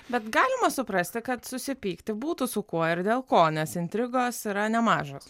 bet galima suprasti kad susipykti būtų su kuo ir dėl ko nes intrigos yra nemažos